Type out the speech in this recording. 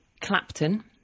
Clapton